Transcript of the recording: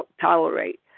tolerate